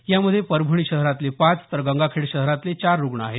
यामध्ये परभणी शहरातले पाच तर गंगाखेड शहरातले चार रुग्ण आहेत